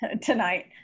tonight